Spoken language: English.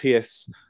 PS